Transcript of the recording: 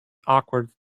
awkward